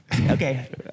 Okay